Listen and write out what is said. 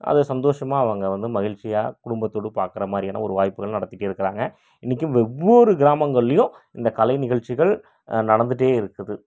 அதை சந்தோஷமாக அவங்க வந்து மகிழ்ச்சியாக குடும்பத்தோடு பார்க்குற மாதிரியான ஒரு வாய்ப்புகள் நடத்திகிட்டே இருக்கிறாங்க இன்றைக்கு ஒவ்வொரு கிராமங்கள்லேயும் இந்த கலை நிகழ்ச்சிகள் நடந்துகிட்டே இருக்குது